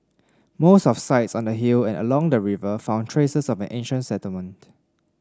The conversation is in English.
most of sites on the hill and along the river found traces of an ancient settlement